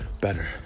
better